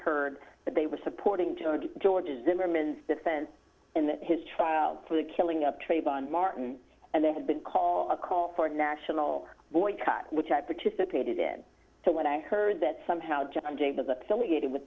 heard that they were supporting george george zimmerman's defense in his trial for the killing of trayvon martin and they had been called a call for national boycott which i participated in so when i heard that somehow john jay was affiliated with